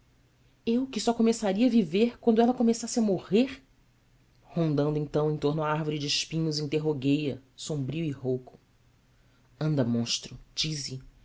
eu que só começaria a viver quando ela começasse a morrer rondando então em torno à árvore de espinhos interroguei a sombrio e rouco anda monstro dize